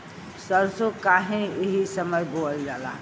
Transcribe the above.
सरसो काहे एही समय बोवल जाला?